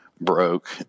broke